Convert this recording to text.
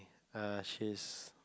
err she's